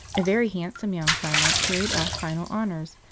a very handsome young farmer carried off final honours,